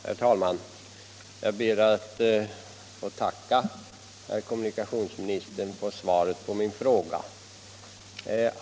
Herr talman! Jag ber att få tacka herr kommunikationsministern för svaret på min interpellation.